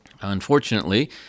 unfortunately